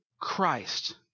Christ